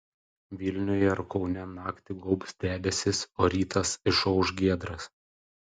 vilniuje ir kaune naktį gaubs debesys o rytas išauš giedras